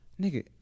nigga